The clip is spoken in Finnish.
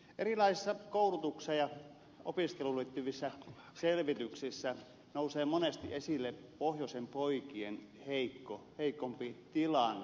erilaisissa koulutukseen ja opiskeluun liittyvissä selvityksissä nousee monesti esille pohjoisen poikien heikompi tilanne